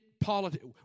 politics